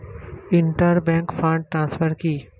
Inter bank fund transfer কি?